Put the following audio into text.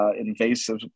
invasive